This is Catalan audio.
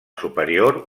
superior